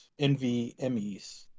NVMEs